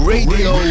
Radio